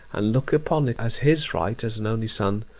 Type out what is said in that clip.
and looking upon it as his right as an only son,